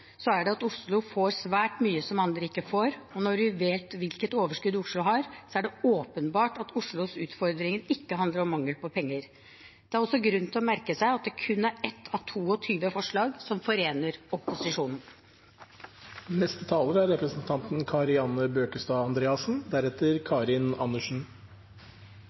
så er det at Oslo får svært mye som andre ikke får. Når vi vet hvilket overskudd Oslo har, er det åpenbart at Oslos utfordringer ikke handler om mangel på penger. Det er også grunn til å merke seg at det kun er ett av 21 forslag som forener opposisjonen. I forslaget som ligger til grunn for innstillingen, er